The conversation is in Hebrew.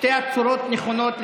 שתי הצורות נכונות,